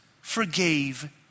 forgave